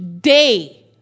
day